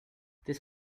this